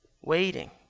waiting